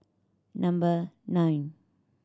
number nine